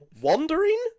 Wandering